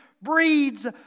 breeds